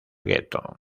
gueto